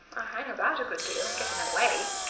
hang about a good deal and get in her way,